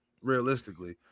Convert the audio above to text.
realistically